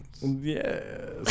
yes